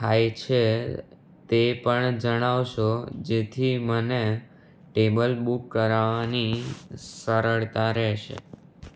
થાય છે તે પણ જણાવશો જેથી મને ટેબલ બૂક કરાવાની સરળતા રહેશે